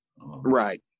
right